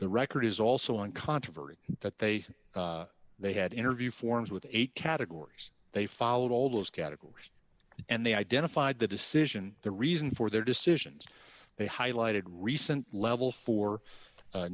the record is also on controversy that they they had interview forms with eight categories they followed all those categories and they identified the decision the reason for their decisions they highlighted recent level four